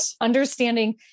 understanding